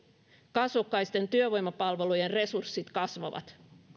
kasvokkaisten työvoimapalvelujen resurssit kasvavat